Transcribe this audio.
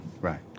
Right